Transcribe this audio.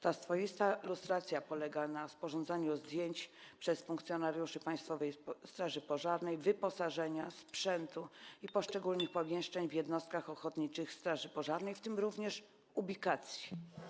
Ta swoista lustracja polega na wykonywaniu przez funkcjonariuszy Państwowej Straży Pożarnej zdjęć wyposażenia, sprzętu i poszczególnych pomieszczeń w jednostkach ochotniczych straży pożarnych, w tym również ubikacji.